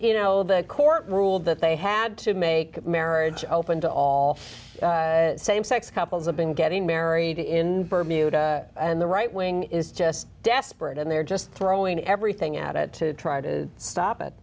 you know the court ruled that they had to make marriage open to all same sex couples have been getting married in bermuda and the right wing is just desperate and they're just throwing everything at it to try to stop it